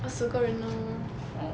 二十个人 lor